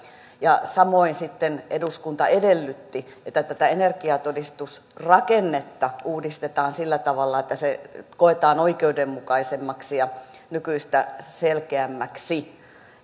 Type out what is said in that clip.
ja samoin sitten eduskunta edellytti että tätä energiatodistusrakennetta uudistetaan sillä tavalla että se koetaan oikeudenmukaisemmaksi ja nykyistä selkeämmäksi